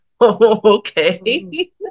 okay